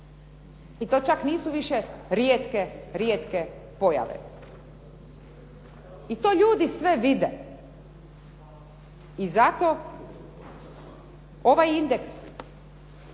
i to čak nisu više rijetke pojave. I to ljudi sve vide i zato ovaj indeks